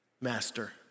master